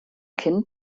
kind